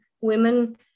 women